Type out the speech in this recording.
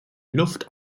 luft